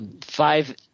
five